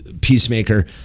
Peacemaker